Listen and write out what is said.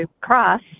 cross